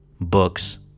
books